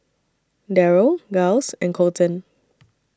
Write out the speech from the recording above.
Derald Giles and Colten